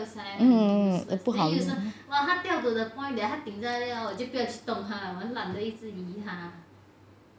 mm 不好用